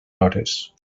hores